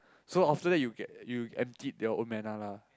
so after that you get you emptied your own mana lah